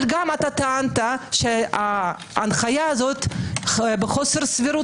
אבל גם אז טענת שההנחיה הזאת בחוסר סבירות